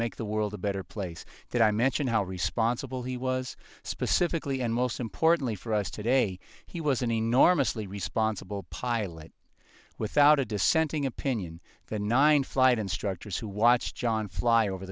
make the world a better place that i mentioned how responsible he was specifically and most importantly for us today he was an enormously responsible pilot without a dissenting opinion the nine flight instructors who watched jon fly over